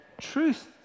truth